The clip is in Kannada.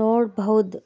ನೋಡ್ಬೋದು